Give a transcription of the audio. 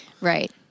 right